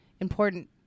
important